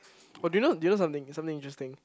oh do you know do you know something something interesting